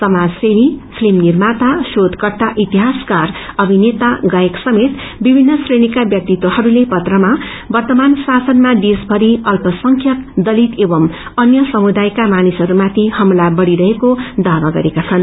समाजसेवी फिल्प निर्माता शोषकर्ता इहासक्वर अभिनेता गायक समेत विभिन्न श्रेणीका व्यक्तित्वहरूले पत्रमा वर्तमान शासनमा देश्वभरि अल्प संख्यक दलित एवं अन्य समुदायका मानिसहरूमाथि हमला बढ़ीरहेको दावा गरेका छन्नु